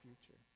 future